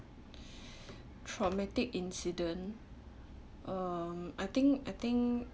traumatic incident um I think I think